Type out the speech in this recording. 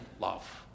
love